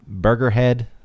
Burgerhead